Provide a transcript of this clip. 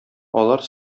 алар